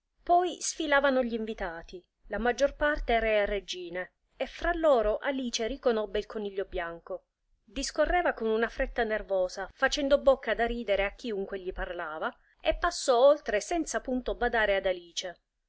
poi sfilavano gl'invitati la maggior parte re e regine e fra loro alice riconobbe il coniglio bianco discorreva con una fretta nervosa facendo bocca da ridere a chiunque gli parlava e passò oltre senza punto badare ad alice